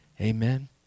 Amen